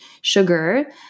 sugar